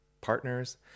partners